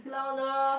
louder